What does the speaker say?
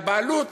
אלא בעלות,